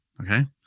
okay